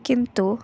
किन्तु